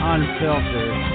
Unfiltered